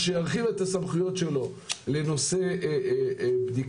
מה שירחיב את הסמכויות שלו לנושא בדיקה,